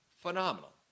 Phenomenal